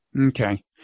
Okay